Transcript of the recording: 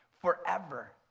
forever